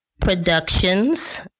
productions